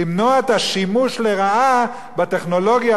למנוע את השימוש לרעה בטכנולוגיה,